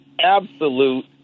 absolute